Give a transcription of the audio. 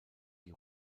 die